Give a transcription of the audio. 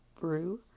brew